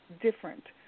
different